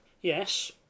yes